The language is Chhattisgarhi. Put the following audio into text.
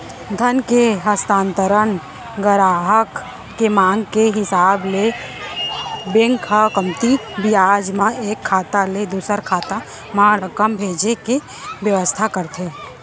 धन के हस्तांतरन गराहक के मांग के हिसाब ले बेंक ह कमती बियाज म एक खाता ले दूसर खाता म रकम भेजे के बेवस्था करथे